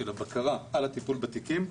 של הבקרה על הטיפול בתיקים.